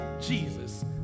Jesus